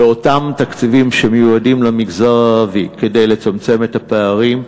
באותם תקציבים שמיועדים למגזר הערבי כדי לצמצם את הפערים,